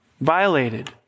Violated